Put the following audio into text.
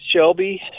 Shelby